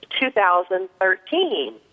2013